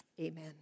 Amen